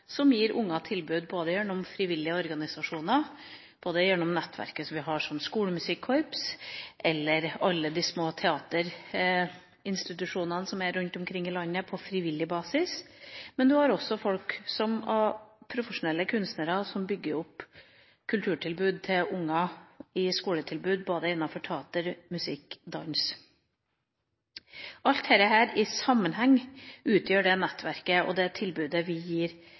som gir unger tilbud, både gjennom frivillige organisasjoner, gjennom nettverket vi har av skolemusikkorps, eller gjennom alle de små teaterinstitusjonene på frivillig basis som vi har rundt omkring i landet. Men vi har også profesjonelle kunstnere som bygger opp kulturtilbud til unger og gir skoletilbud innenfor både teater, musikk og dans. Alt dette i sammenheng utgjør det nettverket og det tilbudet vi gir